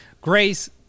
Grace